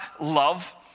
love